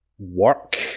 work